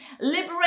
Liberate